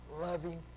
loving